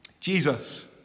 Jesus